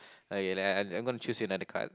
okay uh I'm gonna choose you another card